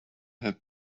had